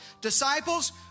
Disciples